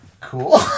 Cool